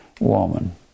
woman